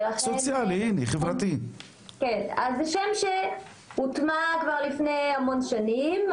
זה שם שהוטמע כבר לפני המון שנים.